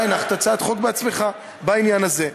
אתה הנחת הצעת חוק בעצמך בעניין הזה.